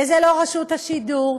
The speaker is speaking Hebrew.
וזה לא רשות השידור,